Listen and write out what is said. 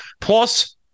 Plus